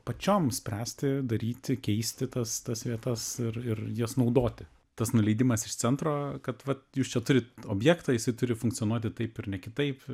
pačiom spręsti daryti keisti tas tas vietas ir ir jas naudoti tas nuleidimas iš centro kad vat jūs čia turit objektą jisai turi funkcionuoti taip ir ne kitaip